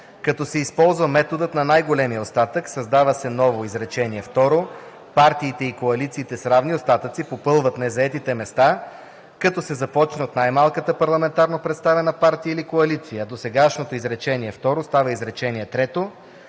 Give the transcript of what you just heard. „като се използва методът на най-големия остатък“, създава се ново изречение второ: „Партиите и коалициите с равни остатъци попълват незаетите места, като се започне от най-малката парламентарно представена партия или коалиция.“, а досегашното изречение второ става изречение трето.